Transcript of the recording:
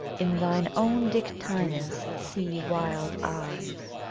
in thine own dictynna's sea-wild eyes?